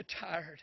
tired